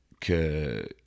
que